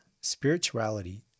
spirituality